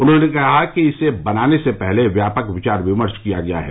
उन्होंने कहा कि इसे बनाने से पहले व्यापक विचार विमर्श किया गया है